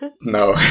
no